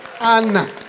Anna